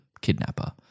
kidnapper